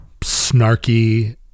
snarky